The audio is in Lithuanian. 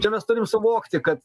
čia mes turim suvokti kad